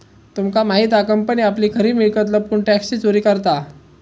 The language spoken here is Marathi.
तुमका माहित हा कंपनी आपली खरी मिळकत लपवून टॅक्सची चोरी करता